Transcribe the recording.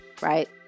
right